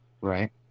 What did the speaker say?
Right